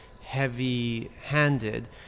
heavy-handed